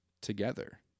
together